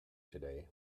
today